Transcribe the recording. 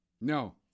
No